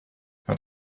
had